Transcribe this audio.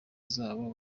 zabo